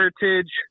Heritage